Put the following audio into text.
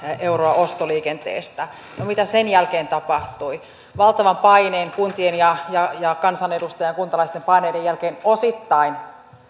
euroa ostoliikenteestä no mitä sen jälkeen tapahtui valtavan paineen kuntien kansanedustajien kuntalaisten paineen jälkeen osittain